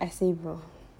essay